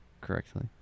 correctly